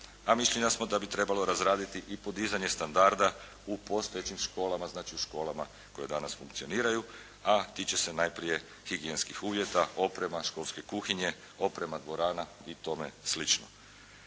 a mišljenja smo da bi trebalo razraditi i podizanje standarda u postojećim školama, znači u školama koje danas funkcioniraju, a tiče se najprije higijenskih uvjeta, oprema, školske kuhinje, oprema dvorana i tome sl.